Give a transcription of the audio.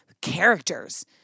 characters